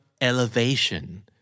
elevation